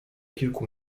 kilku